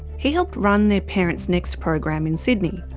he helped run their parentsnext program in sydney.